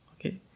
Okay